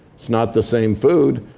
it's not the same food,